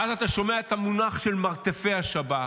ואז אתה שומע את המונח "מרתפי השב"כ",